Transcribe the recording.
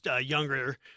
younger